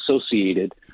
associated